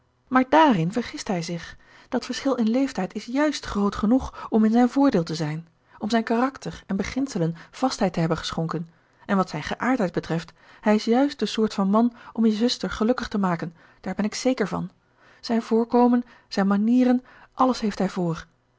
maar dààrin vergist hij zich dat verschil in leeftijd is juist groot genoeg om in zijn voordeel te zijn om zijn karakter en beginselen vastheid te hebben geschonken en wat zijn geaardheid betreft hij is juist de soort van man om je zuster gelukkig te maken daar ben ik zeker van zijn voorkomen zijn manieren alles heeft hij vr